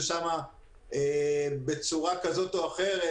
ושם בצורה כזאת או אחרת,